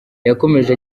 yakomeje